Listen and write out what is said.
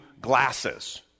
glasses